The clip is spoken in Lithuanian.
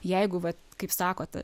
jeigu vat kaip sakot